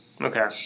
Okay